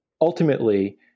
ultimately